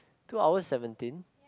two hours seventeen